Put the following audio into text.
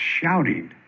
shouting